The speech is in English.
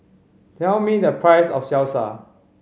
tell me the price of Salsa